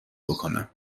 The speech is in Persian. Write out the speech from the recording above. بکنم